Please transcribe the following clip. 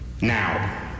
Now